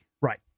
Right